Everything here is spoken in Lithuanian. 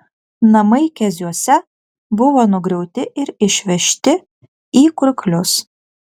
namai keziuose buvo nugriauti ir išvežti į kurklius